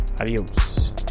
Adios